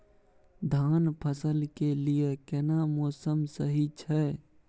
धान फसल के लिये केना मौसम सही छै?